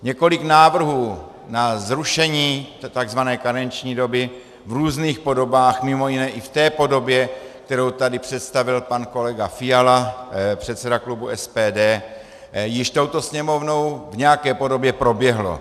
Několik návrhů na zrušení tzv. karenční doby v různých podobách, mimo jiné i v té podobě, kterou tady představil pan kolega Fiala, předseda klubu SPD, již touto Sněmovnou v nějaké podobě proběhlo.